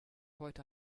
heute